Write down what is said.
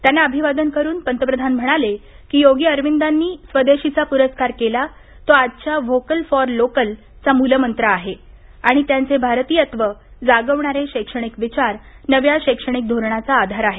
त्यांना अभिवादन करून पंतप्रधान म्हणाले की योगी अरविंदांनी स्वदेशीचा पुरस्कार केला तो आजच्या व्होकल फॉर लोकल चा मूलमंत्र आहे आणि त्यांचे भारतियत्व जागवणारे शैक्षणिक विचार नव्या शैक्षणिक धोरणाचा आधार आहेत